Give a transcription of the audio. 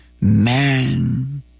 Man